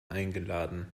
eingeladen